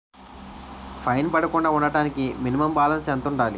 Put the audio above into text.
Fine పడకుండా ఉండటానికి minimum balance ఎంత ఉండాలి?